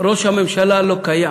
ראש הממשלה לא קיים.